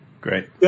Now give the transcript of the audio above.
Great